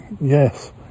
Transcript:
Yes